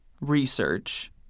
Research